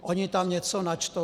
Oni tam něco načtou.